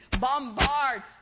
bombard